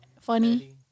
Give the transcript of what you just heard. Funny